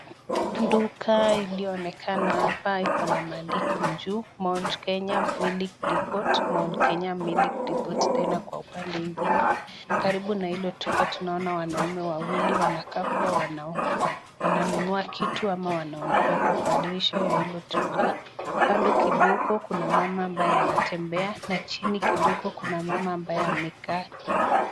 Duka iliyo onekana hapa iko na maandishi juu Mount Kenya Deport ,Mount Kenya deport tena kwa upande mwingine Karibu na hilo tunaona wanaume wawili wanakaa kua wananunua kitu ama wana kwa dirisha la hiyo duka. Kando kidogo kuna mama ambaye anatembea na chini kidogo kuna mama ambaye amekaa.